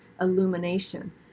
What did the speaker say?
illumination